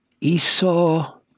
Esau